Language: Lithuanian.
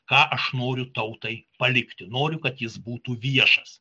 ką aš noriu tautai palikti noriu kad jis būtų viešas